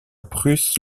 prusse